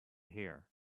hear